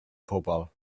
pobl